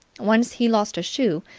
once he lost a shoe,